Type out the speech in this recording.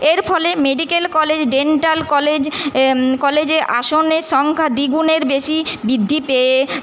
এর ফলে medical college dental college এ কলেজের আসনের সংখ্যা দ্বিগুণের বেশি বৃদ্ধি পেয়ে